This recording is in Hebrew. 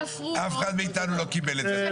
אף אחד מאתנו לא קיבל את זה.